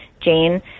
Jane